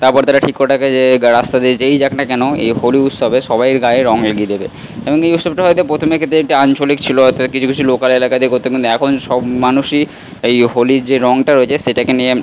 তার পরে তারা ঠিক করে থাকে যে রাস্তা দিয়ে যেই যাক না কেন এই হোলি উৎসবে সবাইয়ের গায়ে রঙ লাগিয়ে দেবে এবং এই উৎসবটা হয়তো প্রথমের আঞ্চলিক ছিল অর্থাৎ কিছু কিছু লোকাল এলাকাতেই করত কিন্তু এখন সব মানুষই এই হোলির যে রঙটা রয়েছে সেটাকে নিয়ে